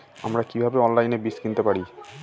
আমরা কীভাবে অনলাইনে বীজ কিনতে পারি?